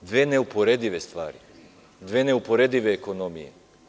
Imamo dve neuporedive stvari, dve neuporedive ekonomije.